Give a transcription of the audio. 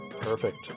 perfect